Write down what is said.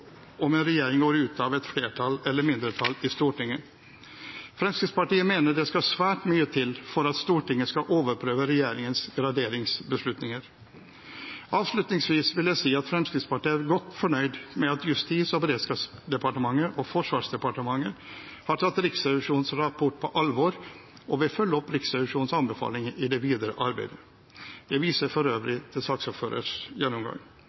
om en regjering går ut av et flertall eller et mindretall i Stortinget. Fremskrittspartiet mener det skal svært mye til for at Stortinget skal overprøve regjeringens graderingsbeslutninger. Avslutningsvis vil jeg si at Fremskrittspartiet er godt fornøyd med at Justis- og beredskapsdepartementet og Forsvarsdepartementet har tatt Riksrevisjonens rapport på alvor og vil følge opp Riksrevisjonens anbefalinger i det videre arbeidet. Jeg viser for øvrig til saksordførerens gjennomgang.